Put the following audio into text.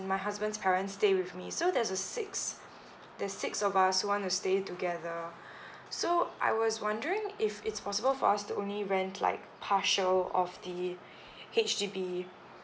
my husband's parents stay with me so there's a six the six of us who want to stay together so I was wondering if it's possible for us to only rent like partial of the H_D_B